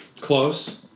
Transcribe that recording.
Close